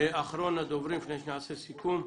אחרון הדוברים לפני שנעשה סיכום,